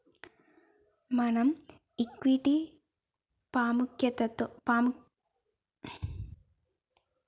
మనం ఈక్విటీ పాముఖ్యతలో వడ్డీని లేదా మూలదనాన్ని తిరిగి పొందే హక్కును కలిగి వుంటవట